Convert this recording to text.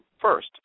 first